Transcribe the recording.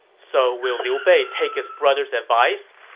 so will liu bei take his brother's advice?